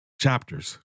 chapters